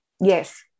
Yes